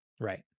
Right